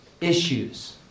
issues